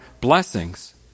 blessings